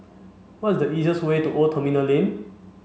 what is the easiest way to Old Terminal Lane